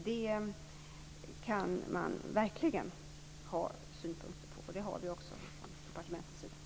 Det kan man verkligen ha synpunkter på, och det har vi också haft från departementets sida.